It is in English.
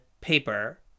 paper